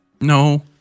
No